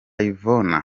yvonne